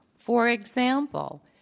for example,